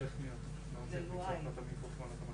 לנו.